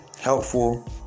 helpful